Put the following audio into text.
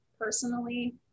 personally